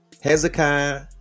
hezekiah